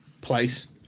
place